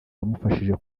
wamufashije